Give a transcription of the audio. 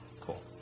cool